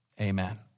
Amen